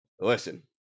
Listen